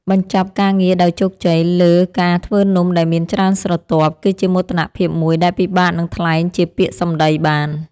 បញ្ចប់ការងារដោយជោគជ័យលើការធ្វើនំដែលមានច្រើនស្រទាប់ គឺជាមោទនភាពមួយដែលពិបាកនឹងថ្លែងជាពាក្យសម្ដីបាន។